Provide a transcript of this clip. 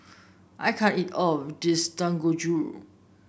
I can't eat all of this Dangojiru